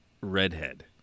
redhead